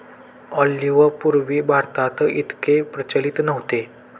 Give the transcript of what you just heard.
olive पूर्वी भारतात इतके प्रचलित नव्हते